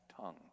tongue